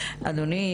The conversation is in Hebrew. אדוני.